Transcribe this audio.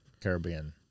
Caribbean